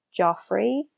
Joffrey